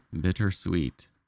bittersweet